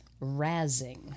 razzing